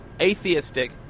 atheistic